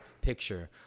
picture